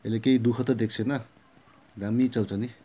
यसले केही दुःख त दिएको छैन दामी चल्छ नि